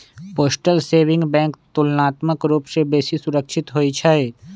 postal saving bank तुलनात्मक रूप से बेशी सुरक्षित होइ छइ